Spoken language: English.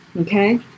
Okay